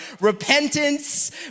repentance